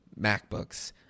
MacBooks